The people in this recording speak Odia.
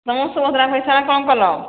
ତୁମେ ସୁଭଦ୍ରା ପଇସାରେ କ'ଣ କଲ